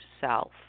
self